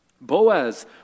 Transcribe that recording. Boaz